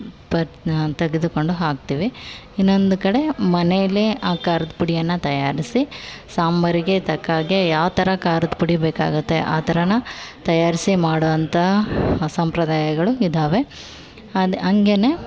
ಬರು ತೆಗೆದುಕೊಂಡು ಹಾಕ್ತೇವೆ ಇನ್ನೊಂದು ಕಡೆ ಮನೇಯಲ್ಲೆ ಆ ಖಾರದ ಪುಡಿಯನ್ನು ತಯಾರಿಸಿ ಸಾಂಬಾರಿಗೆ ತಕ್ಕ ಹಾಗೆ ಯಾವ ಥರ ಖಾರದ ಪುಡಿ ಬೇಕಾಗುತ್ತೆ ಆ ಥರಾ ತಯಾರಿಸಿ ಮಾಡೋವಂಥ ಸಂಪ್ರದಾಯಗಳು ಇದ್ದಾವೆ ಅದು ಹಾಗೆ